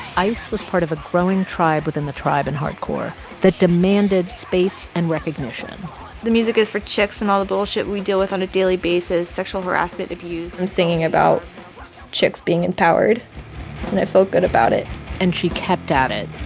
so was part of a growing tribe within the tribe in hardcore that demanded space and recognition the music is for chicks and all the bullshit we deal with on a daily basis sexual harassment, abuse. i'm singing about chicks being empowered and i feel good about it and she kept at it,